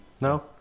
No